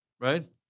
right